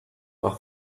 are